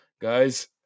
guys